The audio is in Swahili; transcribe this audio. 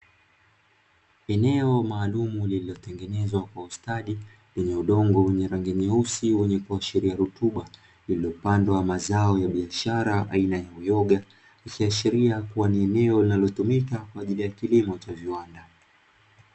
Eneo maalumu lililotengenezwa kwa ustadi lenye udongo wa rangi nyeusi wenye kuashiria rotuba, lililopandwa mazao ya biashara aina ya uyoga. Ikiashiria kuwa ni eneo linalotumika kwa ajili ya kilimo cha viwanda.